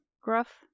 Gruff